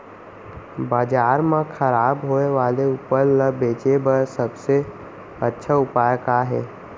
बाजार मा खराब होय वाले उपज ला बेचे बर सबसे अच्छा उपाय का हे?